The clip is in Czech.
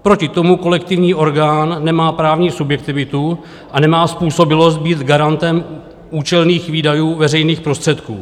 Proti tomu kolektivní orgán nemá právní subjektivitu a nemá způsobilost být garantem účelných výdajů veřejných prostředků.